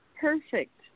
perfect